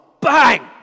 bang